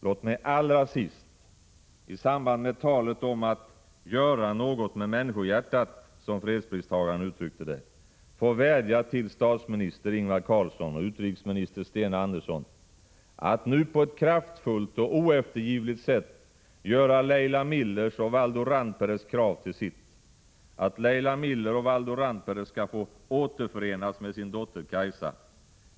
Låt mig allra sist, i samband med talet om att ”göra något med människohjärtat”, som fredspristagaren uttryckte det, få vädja till statsminister Ingvar Carlsson och utrikesminister Sten Andersson att nu på ett kraftfullt och oeftergivligt sätt göra Leila Millers och Valdo Randperes krav till sitt, att Leila Miller och Valdo Randpere skall få återförenas med sin dotter Kaisa.